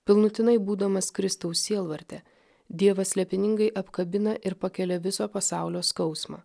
pilnutinai būdamas kristaus sielvarte dievas slėpiningai apkabina ir pakelia viso pasaulio skausmą